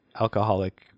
alcoholic